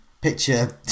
picture